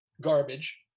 garbage